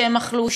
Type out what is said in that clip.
שהם אכלו,